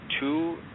two